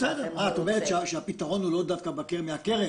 בסדר, את אומרת שהפתרון הוא לא דווקא מהקרן?